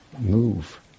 Move